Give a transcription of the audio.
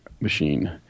Machine